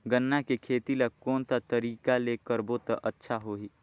गन्ना के खेती ला कोन सा तरीका ले करबो त अच्छा होही?